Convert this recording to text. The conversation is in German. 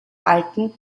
alten